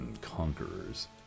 conquerors